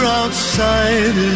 outside